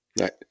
right